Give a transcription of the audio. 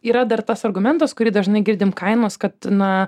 yra dar tas argumentas kurį dažnai girdim kainos kad na